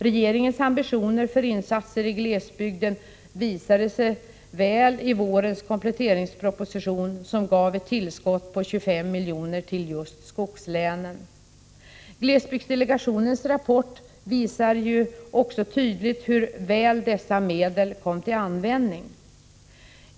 Regeringens ambitioner för insatser i glesbygden visade sig väl i vårens kompletteringsproposition, som gav ett tillskott på 25 miljoner till just skogslänen. Glesbygdsdelegationens rapport visar ju också tydligt hur väl dessa medel kom till användning.